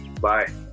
Bye